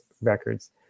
records